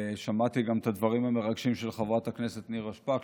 שמעתי גם את הדברים המרגשים של חברת הכנסת נירה שפק,